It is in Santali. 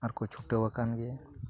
ᱟᱨᱠᱚ ᱪᱷᱩᱴᱟᱹᱣ ᱟᱠᱟᱱ ᱜᱮᱭᱟ